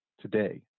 today